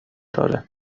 قراره